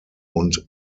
und